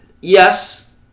Yes